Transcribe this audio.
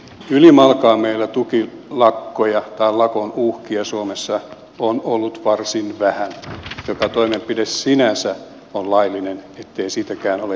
ylimalkaan meillä tukilakkoja tai lakonuhkia suomessa on ollut varsin vähän joka toimenpide sinänsä on laillinen ettei siitäkään ole kysymys